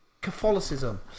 Catholicism